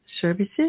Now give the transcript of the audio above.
Services